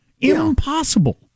impossible